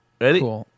ready